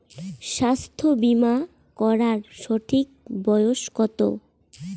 স্বাস্থ্য বীমা করার সঠিক বয়স কত?